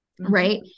Right